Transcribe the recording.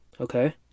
Okay